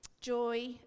joy